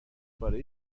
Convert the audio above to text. پاره